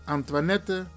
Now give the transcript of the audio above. Antoinette